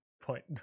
Point